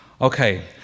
Okay